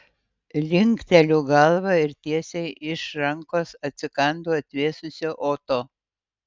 linkteliu galvą ir tiesiai iš rankos atsikandu atvėsusio oto